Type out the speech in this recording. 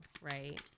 right